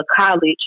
college